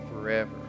forever